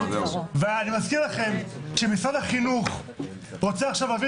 ואני מזכיר לכם שמשרד החינוך רוצה עכשיו להעביר